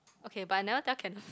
okay but I never tell Kenneth